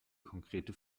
konkrete